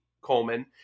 Coleman